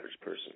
person